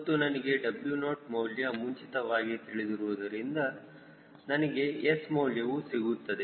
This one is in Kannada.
ಮತ್ತು ನನಗೆ W0 ಮೌಲ್ಯ ಮುಂಚಿತವಾಗಿ ತಿಳಿದಿರುವುದರಿಂದ ನನಗೆ S ಮೌಲ್ಯವು ಸಿಗುತ್ತದೆ